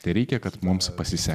tereikia kad mums pasisek